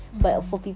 mm